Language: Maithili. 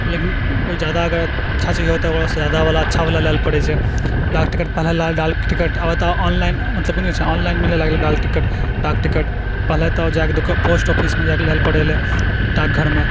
लेकिन कोई ज्यादा अगर अच्छा से हो तो ओकरासँ जादावला अच्छावला लै लए पड़ै छै डाकटिकट पहिने तऽ आब तऽ डाकटिकट ऑनलाइन मिलै लागलै डाक टिकट डाकटिकट पहिने तऽजाकऽपोस्टऑफिसमजाकऽलए ला पड़य डाकघरमें